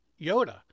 yoda